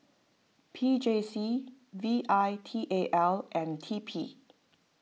P J C V I T A L and T P